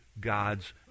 God's